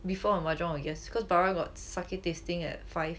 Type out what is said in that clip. before her mahjong I guess cause bara got sake tasting at five